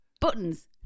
Buttons